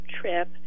trip